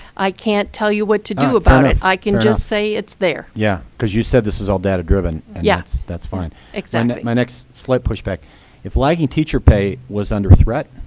i can't tell you what to do about it. i can just say it's there. yeah, because you said this is all data driven. yeah and that's fine. exactly. my next slight pushback if lagging teacher pay was under threat,